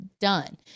done